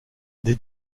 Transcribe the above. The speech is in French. des